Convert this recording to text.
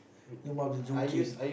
you must be joking